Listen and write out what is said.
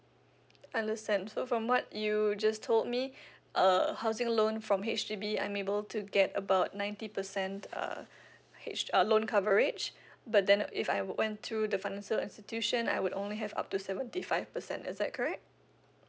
understand so from what you just told me uh housing loan from H_D_B I'm able to get about ninety percent uh h uh loan coverage but then if I went to the financial institution I would only have up to seventy five percent is that correct